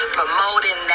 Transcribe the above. promoting